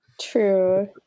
True